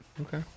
Okay